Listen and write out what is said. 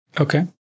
Okay